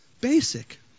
basic